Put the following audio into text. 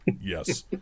Yes